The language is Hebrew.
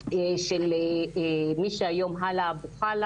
I walk the talk,